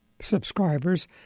subscribers